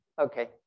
Okay